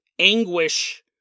anguish